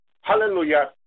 Hallelujah